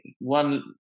One